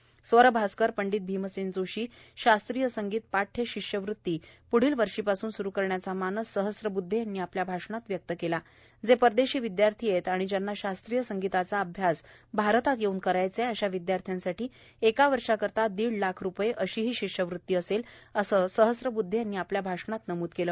तर स्वरभास्कर पंडित भीमसेन जोशी शास्त्रीय संगीत पाठ्य शिष्यवृत्ती प्ढील वर्षापासून स्रु करण्याचा मानस सहस्त्रब्द्धे यांनी आपल्या भाषणात व्यक्त केला जे परदेशी विद्यार्थी आहेत आणि ज्यांना शास्त्रीय संगीताचा अभ्यास भारतात येऊन करायचा आहे अशा विद्यार्थ्यांसाठी एका वर्षासाठी दीड लाख रुपये अशीही ही शिष्यवृत्ती असेल असं सहस्त्रबद्धे यांनी आपल्या भाषणात नमूद केलं